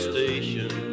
Station